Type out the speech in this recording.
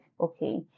okay